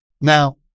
Now